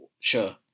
Sure